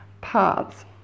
paths